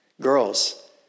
Girls